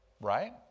Right